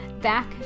back